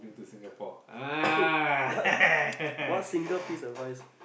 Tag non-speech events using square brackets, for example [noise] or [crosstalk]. [laughs] what what single piece of advice